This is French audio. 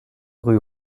rue